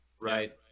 right